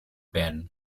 werden